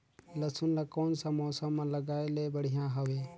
लसुन ला कोन सा मौसम मां लगाय ले बढ़िया हवे?